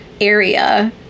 area